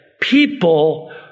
people